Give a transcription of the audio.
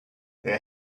they